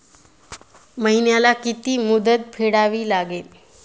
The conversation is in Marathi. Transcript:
महिन्याला किती मुद्दल फेडावी लागेल?